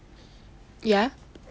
ya